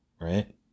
right